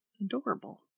adorable